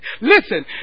Listen